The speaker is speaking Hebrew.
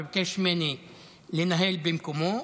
ביקש ממני לנהל במקומו,